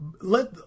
let